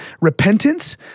repentance